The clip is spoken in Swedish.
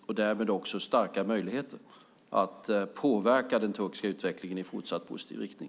Därmed har vi också stora möjligheter att påverka den turkiska utvecklingen i fortsatt positiv riktning.